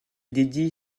dédie